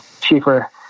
cheaper